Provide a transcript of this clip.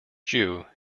jew